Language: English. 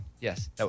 Yes